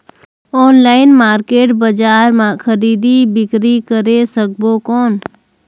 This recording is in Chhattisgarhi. ऑनलाइन मार्केट बजार मां खरीदी बीकरी करे सकबो कौन?